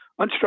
unstructured